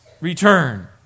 return